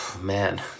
man